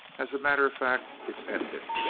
as a matter of fact, it's ended.